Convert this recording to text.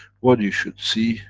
what you should see,